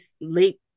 late